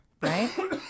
right